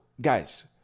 guys